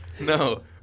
No